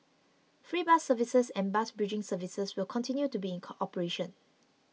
free bus services and bus bridging services will continue to be in cooperation